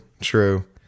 True